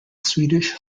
swedish